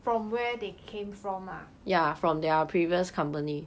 from where they came from lah